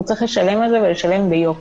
הוא צריך לשלם על זה ולשלם ביוקר.